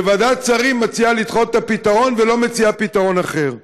וועדת שרים מציעה לדחות את הפתרון ולא מציעה פתרון אחר.